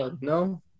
No